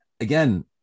Again